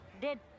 Dead